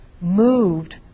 moved